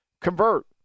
convert